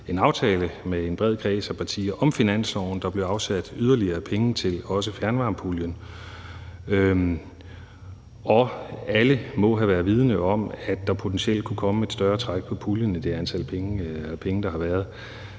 mellem en bred kreds af partier. Der blev også afsat yderligere penge til fjernvarmepuljen, og alle må have været vidende om, at der potentielt kunne komme et større træk på puljen end den mængde penge, der har været